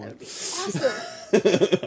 Awesome